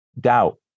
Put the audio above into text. doubt